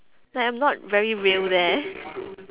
like I'm not very real there